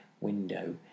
window